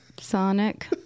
Sonic